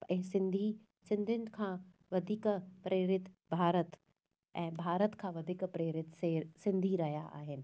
ऐं सिंधी सिंधियुनि खां वधीक प्रेरित भारत ऐं भारत खां वधीक प्रेरित सेर सिंधी रहिया आहिनि